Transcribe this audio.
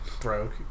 Broke